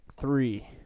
three